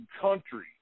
country